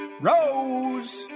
Rose